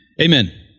Amen